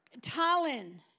Tallinn